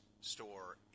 store